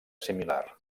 similar